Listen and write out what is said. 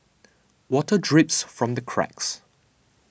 water drips from the cracks